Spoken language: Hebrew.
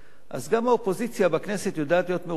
אז גם האופוזיציה בכנסת יודעת להיות מאוזנת,